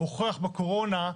הוכח בקורונה,